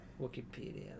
Wikipedia